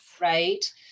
right